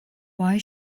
why